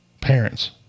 Parents